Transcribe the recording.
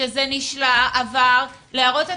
שזה עבר להערות הציבור,